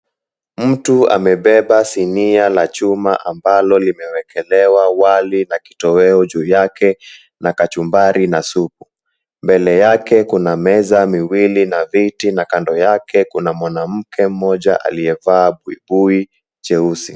Mtu amebeba sinia la chuma ambalo limewekelewa wali na kitoweo juu yake na kachumbari na supu. Mbele yake kuna meza miwili na viti na kando yake kuna mwanamke mmoja aliyevaa buibui cheusi.